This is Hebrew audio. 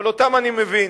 אבל אותם אני מבין.